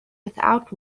without